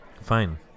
Fine